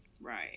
Right